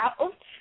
out